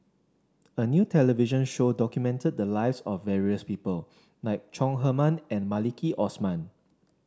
a new television show documented the lives of various people like Chong Heman and Maliki Osman